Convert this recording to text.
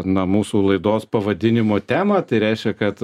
na mūsų laidos pavadinimo temą tai reiškia kad